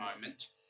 moment